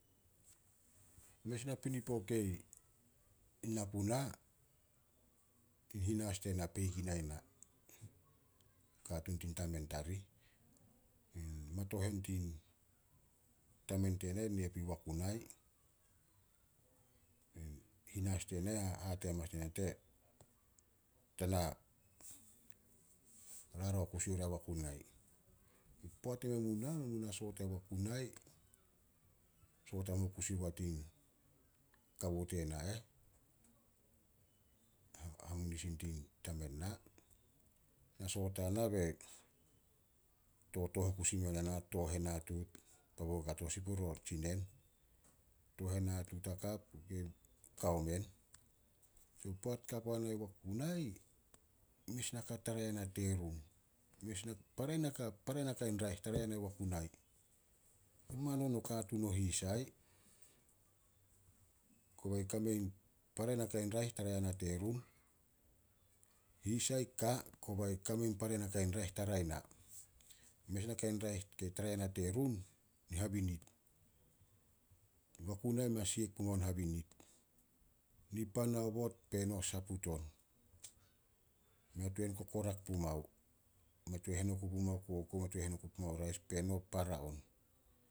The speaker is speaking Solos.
Mes napinipo kei na puna, in hinas tena peik i nai na. Katuun tin tamen tarih. Matohen tin, tamen tena nee pui Wakunai. Hinas tena hate hamanas ne na, "Ta na rarao kusi oria Wakunai." Poat emen mu nah, men mu na soot ai Wakunai, soot hamuo kusi oma tin kawo tena eh. Hamunisin tin tamen na. Na soot ana be, totooh o kusi mene na, tooh henatuut. Kato sin purio tsinen. Tooh henatuut hakap. Poat ka puana wakunai. Para- para nakai raeh tara yana Wakunai. Noa non o katuun o hisai, kobe kame in para nakai raeh tara yana terun. Hisai ka kobe kame naka in para in raeh tara ina. Mes naka raeh ke tara yana terun, in habinit. Wakunai, mea siek pumao in habinit. Nipan haobot peno saput on. Mei tuan kokorak pumao, mei tuan hen oku pumao kokou, mei tuan hen oku pumao rice, peno para on.